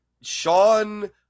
Sean